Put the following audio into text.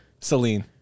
Celine